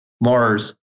Mars